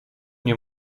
nie